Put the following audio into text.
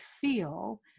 feel